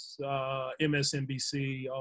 MSNBC